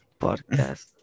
Podcast